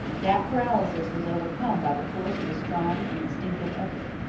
that paralysis was overcome by the force of a strong and instinctive effort.